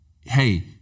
hey